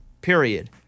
period